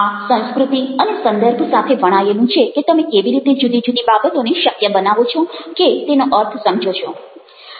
આ સંસ્કૃતિ અને સંદર્ભ સાથે વણાવેલું છે કે તમે કેવી રીતે જુદી જુદી બાબતોને શક્ય બનાવો છો કે તેનો અર્થ સમજો છો